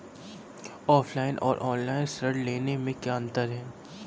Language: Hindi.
ऑफलाइन और ऑनलाइन ऋण लेने में क्या अंतर है?